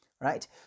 right